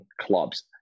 clubs